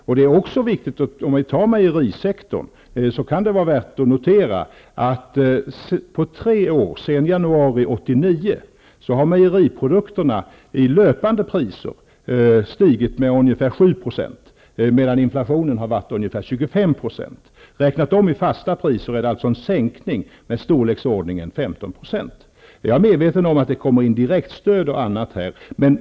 När det gäller mejerisektorn är det värt att notera att mejeriprodukterna se dan januari 1989, på tre år, har i löpande priser stigit med ungefär 7 % me dan däremot inflationen har varit ungefär 25 %. Omräknat i fasta priser är det fråga om en sänkning i storleksordningen 15 %. Jag är medveten om att här finns direktstöd osv.